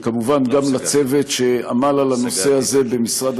וכמובן גם לצוות שעמל על הנושא הזה במשרד